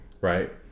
right